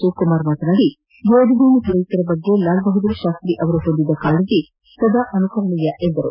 ಶಿವಕುಮಾರ್ ಮಾತನಾದಿ ಯೋಧರು ಮತ್ತು ರೈತರ ಬಗ್ಗೆ ಲಾಲ್ ಬಹದ್ದೂರ್ ಶಾಸ್ತಿ ಅವರು ಹೊಂದಿದ್ದ ಕಾಳಜಿ ಸದಾ ಅನುಕರಣೀಯ ಎಂದರು